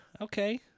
Okay